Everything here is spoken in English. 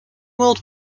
world